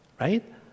Right